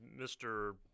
mr